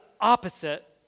opposite